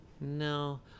No